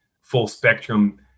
full-spectrum